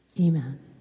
Amen